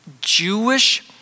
Jewish